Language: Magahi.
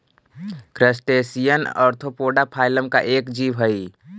क्रस्टेशियन ऑर्थोपोडा फाइलम का एक जीव हई